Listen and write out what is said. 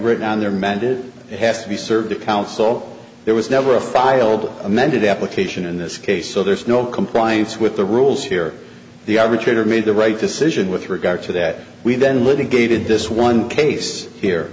written on there meant it has to be served a council there was never a filed amended application in this case so there's no compliance with the rules here the arbitrator made the right decision with regard to that we've been litigated this one case here